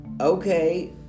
Okay